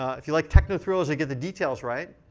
ah if you like techno thrillers that get the details right,